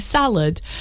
Salad